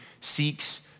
seeks